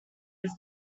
his